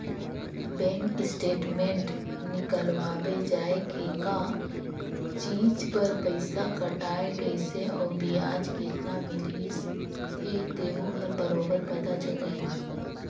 bank statement निकलवाबे जाये के का चीच बर पइसा कटाय गइसे अउ बियाज केतना मिलिस हे तेहू हर बरोबर पता चल जाही